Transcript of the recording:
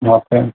okay